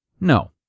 No